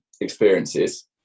experiences